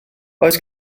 oes